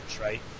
right